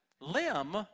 limb